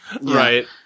Right